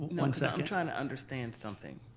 one second. i'm trying to understand something.